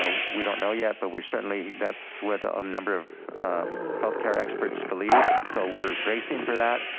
ah we don't know yet, but we certainly, that's what a number of healthcare experts believe, so we're bracing for that.